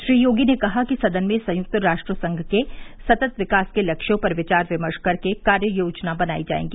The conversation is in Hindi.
श्री योगी ने कहा कि सदन में संयुक्त राष्ट्र संघ के सतत् विकास के लक्ष्यों पर विचार विमर्श करके कार्ययोजनाएं बनाई जायेंगी